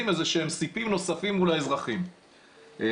איזה שהם סעיפים נוספים מול האזרחים וזהו.